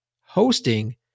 hosting